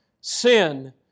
sin